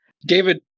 David